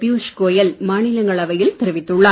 பியூஷ் கோயல் மாநிலங்களவையில் தெரிவித்துள்ளார்